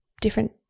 different